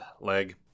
Leg